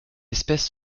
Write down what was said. espèce